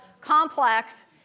complex